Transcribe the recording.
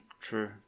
True